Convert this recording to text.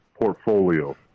portfolio